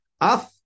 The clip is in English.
af